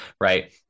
right